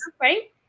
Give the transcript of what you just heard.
Right